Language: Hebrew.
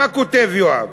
מה כותב יואב?